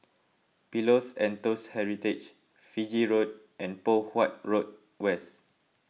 Pillows and Toast Heritage Fiji Road and Poh Huat Road West